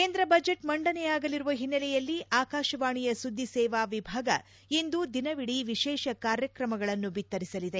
ಕೇಂದ್ರ ಬಜೆಟ್ ಮಂಡನೆಯಾಗಲಿರುವ ಹಿನ್ನೆಲೆಯಲ್ಲಿ ಆಕಾಶವಾಣೆಯ ಸುದ್ದಿ ಸೇವಾ ವಿಭಾಗ ಇಂದು ದಿನವಿಡೀ ವಿಶೇಷ ಕಾರ್ಯಕ್ರಮಗಳನ್ನು ಬಿತ್ತರಿಸಲಿದೆ